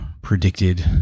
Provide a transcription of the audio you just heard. predicted